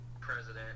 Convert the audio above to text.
president